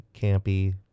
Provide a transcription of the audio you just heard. campy